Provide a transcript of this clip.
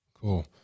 Cool